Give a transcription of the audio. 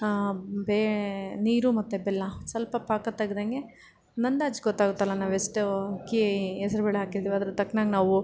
ಬೇ ನೀರು ಮತ್ತು ಬೆಲ್ಲ ಸ್ವಲ್ಪ ಪಾಕ ತೆಗ್ದಂತೆ ಒಂದು ಅಂದಾಜು ಗೊತ್ತಾಗುತ್ತಲ್ಲ ನಾವು ಎಷ್ಟು ಅಕ್ಕಿ ಹೆಸ್ರುಬೇಳೆ ಹಾಕಿದ್ದೀವಿ ಅದ್ರ ತಕ್ನಂಗೆ ನಾವು